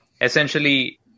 essentially